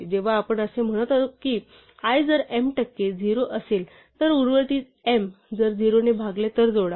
जेव्हा आपण असे म्हणतो की i जर m टक्के 0 असेल तर उर्वरित m जर 0 ने भागले तर जोडा